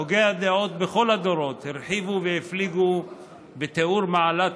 הוגי הדעות בכל הדורות הרחיבו והפליגו בתולדות מעלת